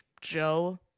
Joe